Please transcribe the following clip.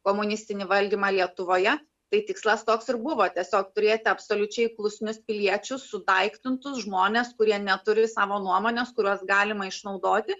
komunistinį valdymą lietuvoje tai tikslas toks ir buvo tiesiog turėti absoliučiai klusnus piliečius sudaiktintus žmones kurie neturi savo nuomonės kuriuos galima išnaudoti